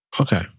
Okay